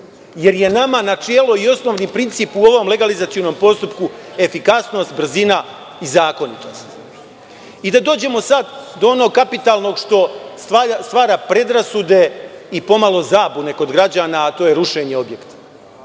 Nama je načelo i osnovni princip u ovom legalizacionom postupku efikasnost, brzina i zakonitost. Da dođemo sad do onog kapitalnog što stvara predrasude i zabune kod građana, a to je rušenje objekata.